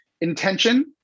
Intention